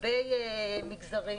לגבי מגזרים,